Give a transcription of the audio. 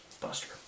buster